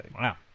Wow